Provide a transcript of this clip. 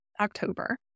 october